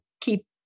keep